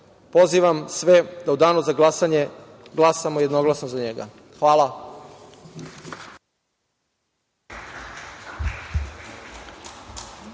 pozivam sve da u Danu za glasanje glasamo jednoglasno za njega. Hvala.